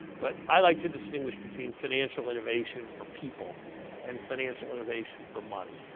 but i like to distinguish between financial innovation for people and financial innovation for money.